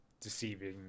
deceiving